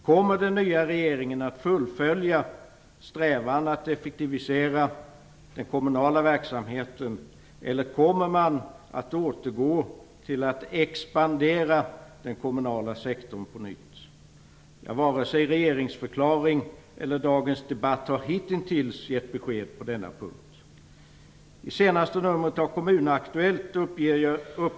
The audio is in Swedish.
Kommer den nya regeringen att fullfölja strävandena att effektivisera den kommunala verksamheten eller kommer man att på nytt expandera den kommunala sektorn? Varken regeringsförklaringen eller dagens debatt har hitintills gett besked på denna punkt.